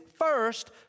first